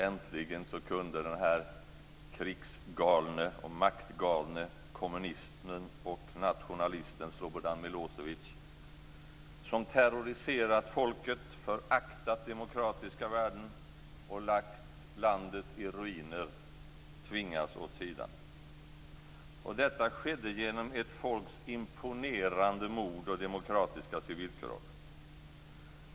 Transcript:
Äntligen kunde den krigsgalne och maktgalne kommunisten och nationalisten Slobodan Milosevic, som terroriserat folket, föraktat demokratiska värden och lagt landet i ruiner, tvingas åt sidan. Och detta skedde genom ett folks imponerande mod och demokratiska civilkurage.